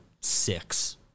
six